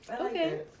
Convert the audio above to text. Okay